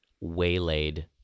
waylaid